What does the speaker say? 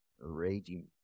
raging